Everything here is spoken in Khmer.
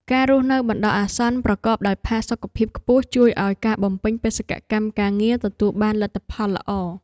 ការរស់នៅបណ្ដោះអាសន្នប្រកបដោយផាសុកភាពខ្ពស់ជួយឱ្យការបំពេញបេសកកម្មការងារទទួលបានលទ្ធផលល្អ។